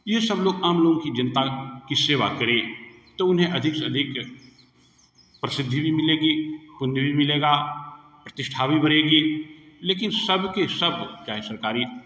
ये सब लोग आम लोग की जनता सेवा करें तो उन्हें अधिक से अधिक प्रसिद्धि भी मिलेगी पुण्य भी मिलेगा प्रतिष्ठा भी बढ़ेगी लेकिन सब के सब चाहे सरकारी